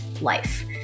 life